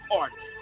artists